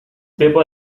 paper